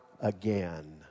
again